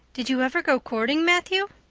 did you ever go courting, matthew?